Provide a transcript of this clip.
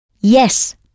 Yes